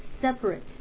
separate